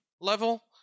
level